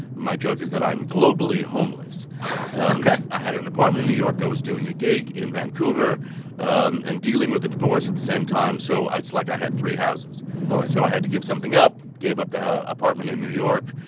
my joke is that i'm globally homeless ok i had an apartment in new york. i was doing a gig in vancouver and dealing with a divorce at the same time, so it's like i had three houses lord so i had to give something up, gave up the apartment in new york,